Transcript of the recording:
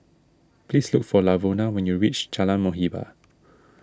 please look for Lavona when you reach Jalan Muhibbah